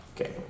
Okay